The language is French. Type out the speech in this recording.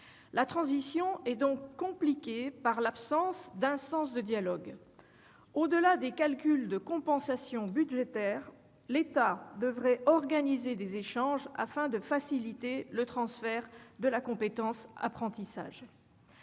La transition est donc compliquée par l'absence d'instance de dialogue. Au-delà des calculs de compensation budgétaire, l'État devrait organiser les échanges afin de faciliter le transfert de la compétence apprentissage.